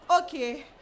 Okay